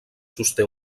sosté